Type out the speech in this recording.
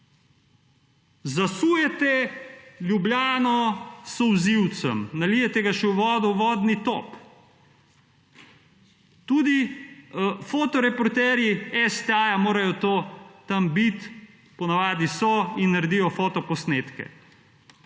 Zasujete Ljubljano s solzivcem, nalijete ga še v vodo vodni top, tudi fotoreporterji STA morajo to tam bit, ponavadi so in naredijo fotoposnetke.